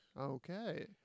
okay